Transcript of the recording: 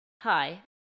Hi